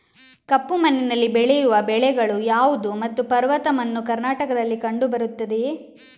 ಕಪ್ಪು ಮಣ್ಣಿನಲ್ಲಿ ಬೆಳೆಯುವ ಬೆಳೆಗಳು ಯಾವುದು ಮತ್ತು ಪರ್ವತ ಮಣ್ಣು ಕರ್ನಾಟಕದಲ್ಲಿ ಕಂಡುಬರುತ್ತದೆಯೇ?